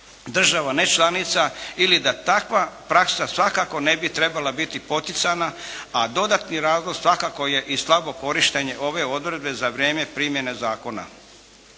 država nečlanica ili da takva praksa svakako ne bi trebala biti poticana, a dodatni razlog svakako je slabo korištenje ove odredbe za vrijeme primjene zakona.